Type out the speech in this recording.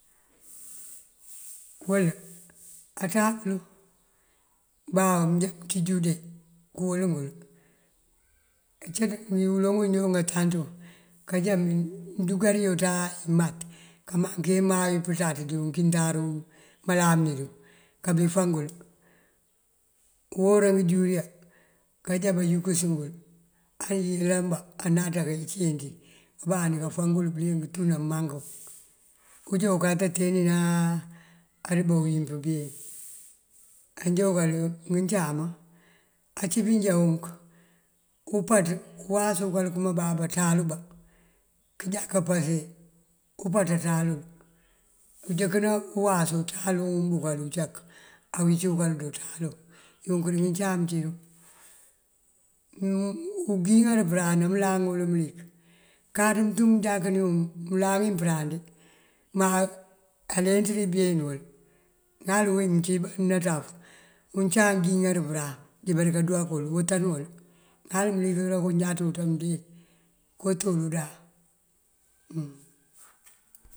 Uwël ancaŋël wël, bá mënjá kënţíj ude këwël wël. Acínţ uloŋ uwíndoonk káatanţí wël kanjúunkan iyoţ ambá kamaŋ keŋayi pëţaţ ţí uwunkintar malamine káabifá ngul. Uhora bëjuliya kajá bayúukësu yël anjiyëlambá anaţa keesinţi kambandi káafangul bëliyëng tú ná mëmangú. Unjá ukata teenínaa andëmba uyimp been. Anjam bëkël ngëcáama ací pinjá unk, umpaţ awáas bëkël këmbá unţáalu bá kënjáka pase umpaţ unţáalu unjënkëna uwáasu ţáalum bëkël uncak awíic bëkël duwáa ţáalu unk dí ngëncáam cídun. ungíiŋar përáan amëlaŋul mëlik, káaţ mëntum mënjáakëniw mëláaŋin pëëráan de má lenţ dí been uwul. Ŋal wí mëncí nanţaf uncáam ngíiŋar përáan limpari kandúuwa kul uwëtan wël ŋal mëlik karo náaţ bëţ ongíiŋ këwëtël uwul undáan.